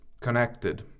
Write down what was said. connected